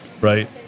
right